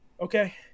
okay